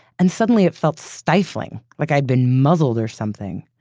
and suddenly, it felt stifling, like i'd been muzzled or something.